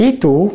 Itu